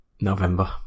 November